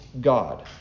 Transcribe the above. God